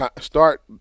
start